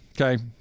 Okay